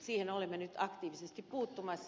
siihen olemme nyt aktiivisesti puuttumassa